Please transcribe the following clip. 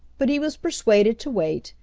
but he was persuaded to wait,